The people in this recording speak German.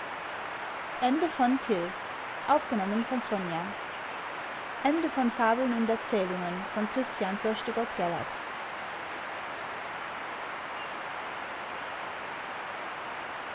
und erzählungen christian